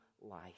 life